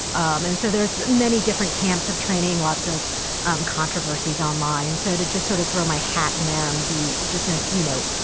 and so there's many different camps of training, lots of controversies online. online. so to just sort of throw my hat in there and be just a, you know,